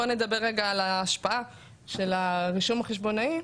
בוא נדבר רגע על ההשפעה של הרישום החשבונאי.